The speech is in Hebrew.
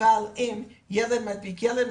אבל אם ילד מדביק ילד,